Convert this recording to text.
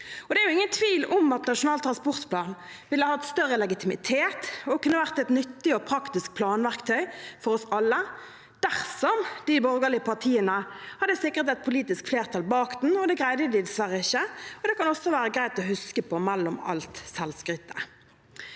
Det er jo ingen tvil om at Nasjonal transportplan ville hatt større legitimitet og kunne vært et nyttig og praktisk planverktøy for oss alle dersom de borgerlige partiene hadde sikret et politisk flertall bak den, og det greide de dessverre ikke. Det kan også være greit å huske mellom alt selvskrytet.